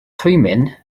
twymyn